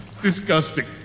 disgusting